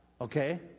Okay